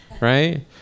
right